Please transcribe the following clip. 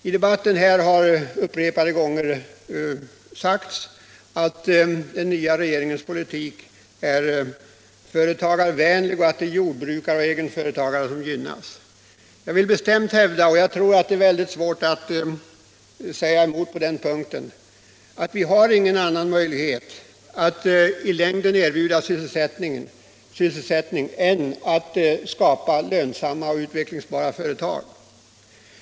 I debatten här har man upprepade gånger sagt att den nya regeringens politik är företagarvänlig och att det är jordbrukare och egenföretagare som gynnas. Jag vill bestämt hävda — och jag tror att det är väldigt svårt att säga emot mig på den punkten — att vi har ingen annan möjlighet att i längden erbjuda sysselsättning än att skapa lönsamma och utvecklingsbara företag.